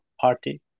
party